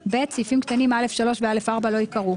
(ב) סעיפים קטנים (א3) ו-(א4) - לא ייקראו,